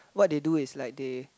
what they do is like they